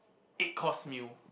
eight course meal